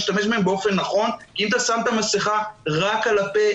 להשתמש בהם באופן נכון כי אם אתה שם את הסמכה רק על הפה,